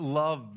love